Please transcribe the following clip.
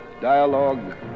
dialogue